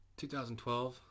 2012